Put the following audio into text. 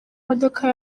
modoka